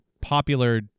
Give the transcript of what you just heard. popular